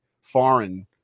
foreign